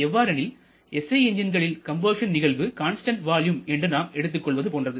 எவ்வாறெனில் SI என்ஜின்களில் combustion நிகழ்வு கான்ஸ்டன்ட் வால்யூம் என்று நாம் எடுத்துக் கொள்வது போன்றது